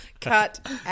Cut